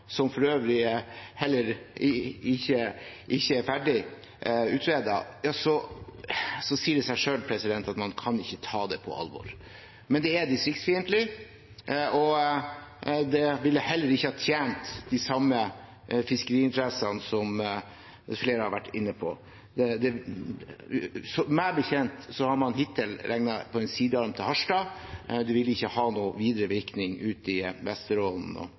som for øvrig heller ikke er ferdig utredet, så sier det seg selv at man ikke kan ta det på alvor. Men det er distriktsfiendtlig, og det ville heller ikke ha tjent de samme fiskeriinteressene, som flere har vært inne på. Meg bekjent har man hittil regnet på en sidearm til Harstad. Det ville ikke hatt noen videre virkning ut i Vesterålen